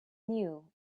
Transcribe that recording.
knew